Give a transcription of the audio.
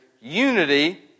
unity